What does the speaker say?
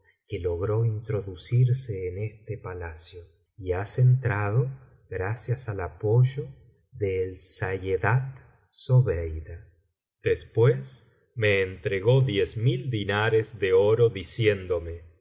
que logró introducirse en este palacio y has entrado gracias al apoyo des sada zobeida después me entregó diez mil dinares de oro diciéndome